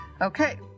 Okay